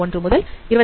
31 முதல் 22